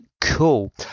cool